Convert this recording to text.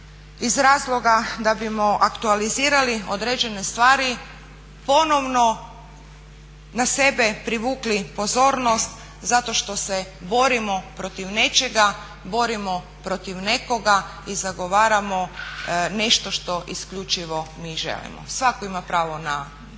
iz razloga da bimo aktualizirali određene stvari, ponovno na sebe privukli pozornost zato što se borimo protiv nečega, borimo protiv nekoga i zagovaramo nešto što isključivo mi želimo. Svako ima pravo na